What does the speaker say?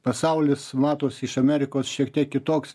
pasaulis matos iš amerikos šiek tiek kitoks